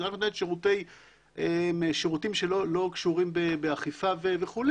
שהיא רק נותנת שירותים שלא קשורים באכיפה וכו',